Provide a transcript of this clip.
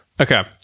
Okay